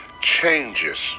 changes